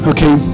Okay